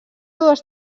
dues